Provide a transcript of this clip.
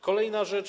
Kolejna rzecz.